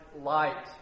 light